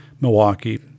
Milwaukee